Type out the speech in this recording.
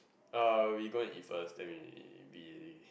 uh we go and eat first then we we